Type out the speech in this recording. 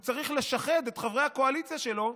הוא צריך לשחד את חברי הקואליציה שלו?